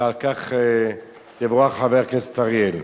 ועל כך תבורך, חבר הכנסת אריאל.